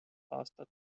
aastat